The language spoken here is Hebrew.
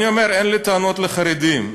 אני אומר, אין לי טענות לחרדים.